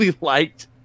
liked